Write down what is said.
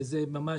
נעשה